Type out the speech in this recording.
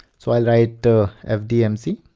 so i'll write fdmc